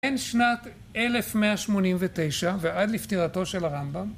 ‫בין שנת 1189 ועד לפטירתו של הרמב״ם...